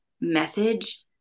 message